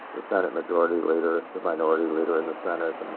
the senate majority leader the minority leader in the senate,